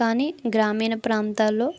కానీ గ్రామీణ ప్రాంతాల్లో